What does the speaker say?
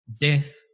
death